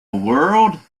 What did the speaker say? world